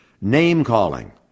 name-calling